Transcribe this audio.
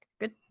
Good